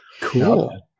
Cool